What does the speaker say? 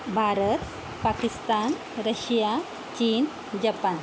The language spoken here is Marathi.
भारत पाकिस्तान रशिया चीन जपान